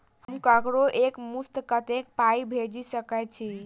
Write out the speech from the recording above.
हम ककरो एक मुस्त कत्तेक पाई भेजि सकय छी?